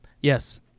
Yes